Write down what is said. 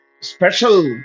special